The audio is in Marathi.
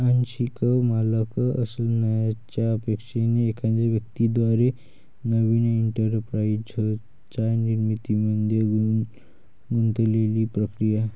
आंशिक मालक असण्याच्या अपेक्षेने एखाद्या व्यक्ती द्वारे नवीन एंटरप्राइझच्या निर्मितीमध्ये गुंतलेली प्रक्रिया